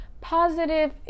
positive